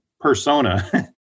persona